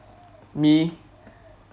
me